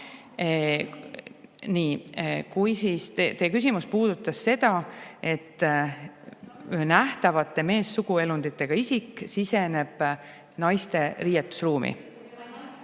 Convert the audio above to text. Nii. Teie küsimus puudutas seda, et nähtavate meessuguelunditega isik siseneb naiste riietusruumi.